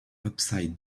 upside